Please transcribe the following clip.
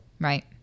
Right